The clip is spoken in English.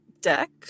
deck